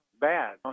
bad